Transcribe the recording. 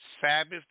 sabbath